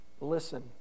Listen